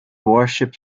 worship